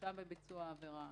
מורשע בביצוע עבירה.